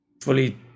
fully